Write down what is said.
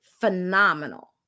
phenomenal